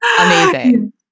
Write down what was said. amazing